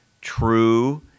true